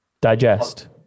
digest